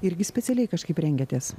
irgi specialiai kažkaip rengiatės